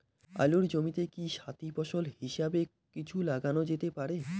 আলুর জমিতে কি সাথি ফসল হিসাবে কিছু লাগানো যেতে পারে?